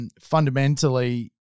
Fundamentally